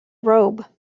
robe